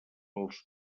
els